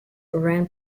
ran